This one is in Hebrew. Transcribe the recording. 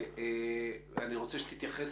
אני רוצה שתתייחס